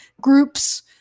groups